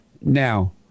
now